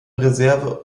reserve